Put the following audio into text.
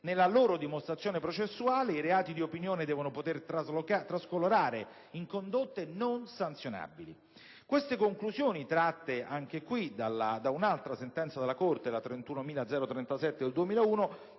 Nella loro dimostrazione processuale i reati di opinione devono poter trascolorare in condotte non sanzionabili. Queste conclusioni, tratte dalla sentenza della Corte di cassazione n. 31037 del 2001,